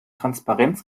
transparenz